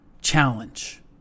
challenge